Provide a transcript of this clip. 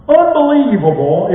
unbelievable